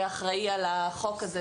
שאחראי על החוק הזה,